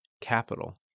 capital